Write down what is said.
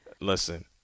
Listen